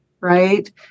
right